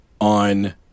on